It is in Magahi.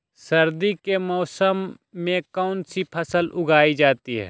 सर्दी के मौसम में कौन सी फसल उगाई जाती है?